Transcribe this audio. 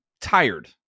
tired